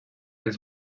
els